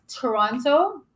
Toronto